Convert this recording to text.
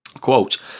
quote